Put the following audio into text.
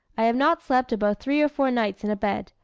i have not slept above three or four nights in a bed,